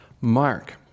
Mark